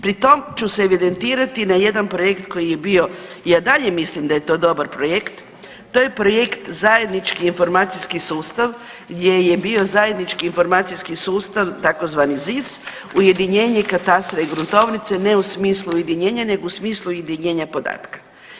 Pri tom ću se evidentirati na jedan projekt koji je bio i ja dalje mislim da je to dobar projekt, to je projekt Zajednički informacijski sustav gdje je bio zajednički informacijski sustav tzv. ZIS ujedinjenje katastra i gruntovnice ne u smislu ujedinjenja nego u smislu ujedinjenja podatka.